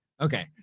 Okay